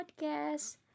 podcast